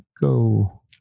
Go